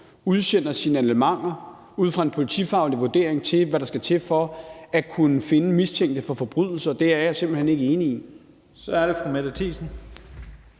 udsender signalementer ud fra en politifaglig vurdering, i relation til hvad der skal til for at kunne finde mistænkte for forbrydelser, er jeg simpelt hen ikke enig i. Kl. 15:52 Første